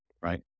right